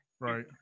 Right